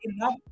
enough